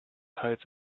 hides